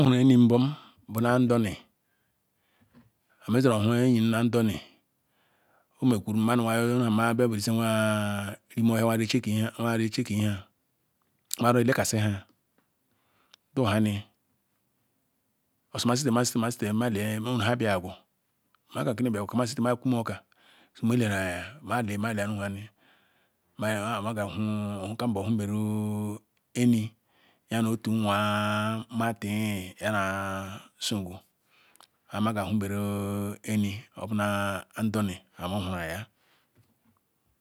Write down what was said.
Owete enyim nbom bu ni Audoni hag mezere ohu enyi ni andoni omeh kurum nah ime-ohia thry check ha nmaru elekasi nham dahani osi masete masete nu owere nhia biagu maka moh gini biagu osi mah sete neh kuma okah mah le enu-ani nmabia ewu eni nyani otu nwa mati nyanla nsogre nyanmaga awu eni obu nah andoni mah a Whoru-aya